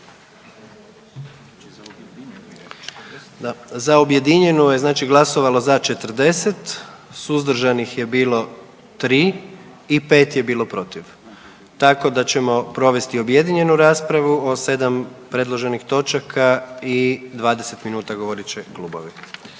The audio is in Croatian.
za objedinjenu je znači glasovalo za 40, suzdržanih je bilo 3 i 5 je bilo protiv, tako da ćemo provesti objedinjenu raspravu o 7 predloženih točaka i 20 minuta govorit će klubovi.